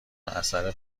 اثر